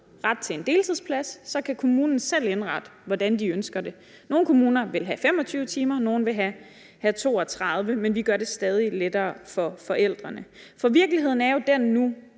retten til en deltidsplads, og at kommunen så selv kan indrette det, hvordan de ønsker det. Nogle kommuner vil have 25 timer og andre vil have 32 timer, men vi gør det stadig lettere for forældrene. For virkeligheden er jo nu